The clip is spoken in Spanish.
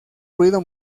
ruido